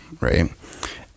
right